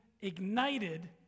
ignited